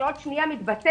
שעוד שנייה הוא מתבטל,